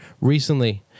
recently